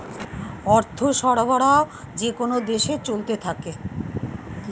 অর্থ সরবরাহ যেকোন দেশে চলতে থাকে